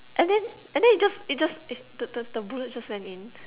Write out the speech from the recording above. and then and then it just it just it the the bullet just went in